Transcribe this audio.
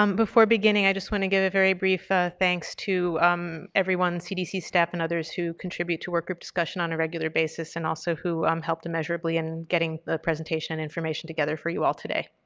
um before beginning i just want to give a very brief thanks to um everyone, cdc staff and others, who contribute to work group discussion on a regular basis and also who um helped immeasurably in getting the presentation information together for you all today.